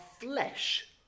flesh